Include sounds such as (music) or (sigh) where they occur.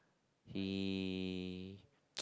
he (noise)